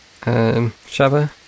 Shava